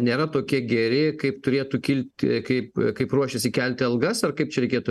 nėra tokie geri kaip turėtų kilti kaip kaip ruošiasi kelti algas ar kaip čia reikėtų